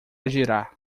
girar